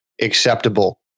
acceptable